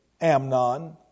Amnon